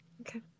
Okay